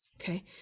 Okay